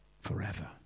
forever